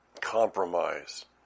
Compromise